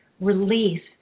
release